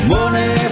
Money